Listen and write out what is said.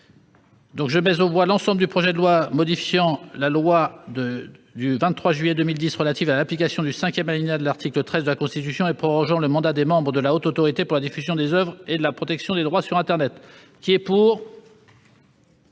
la commission, modifié, le projet de loi modifiant la loi n° 2010-838 du 23 juillet 2010 relative à l'application du cinquième alinéa de l'article 13 de la Constitution et prorogeant le mandat des membres de la Haute Autorité pour la diffusion des oeuvres et la protection des droits sur internet. La parole